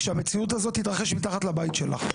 כשהמציאות הזאת תתרחש מתחת לבית שלך.